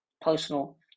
Personal